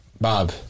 Bob